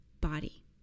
body